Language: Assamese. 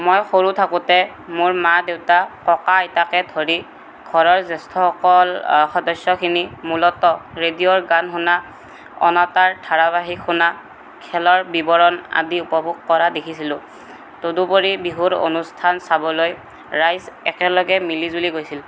মই সৰু থাকোতে মোৰ মা দেউতা ককা আইতাকে ধৰি ঘৰৰ জ্য়েষ্ঠসকল সদস্য়খিনি মূলতঃ ৰেডিঅ'ৰ গান শুনা অনাতাঁৰ ধাৰাবাহিক শুনা খেলৰ বিৱৰণ আদি উপভোগ কৰা দেখিছিলোঁ তদুপৰি বিহুৰ অনুষ্ঠান চাবলৈ ৰাইজ একেলগে মিলিজুলি গৈছিল